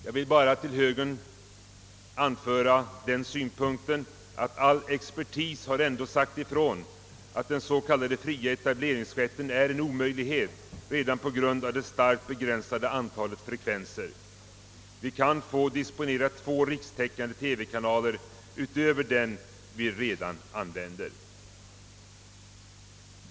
Jag vill vad högern beträffar bara anföra den synpunkten att all expertis ändå sagt ifrån att den s.k. fria etableringsrätten är en omöjlighet redan på grund av det starkt begränsade antalet frekvenser. Vi kan få disponera två rikstäckande TV-kanaler utöver den vi redan använder.